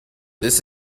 this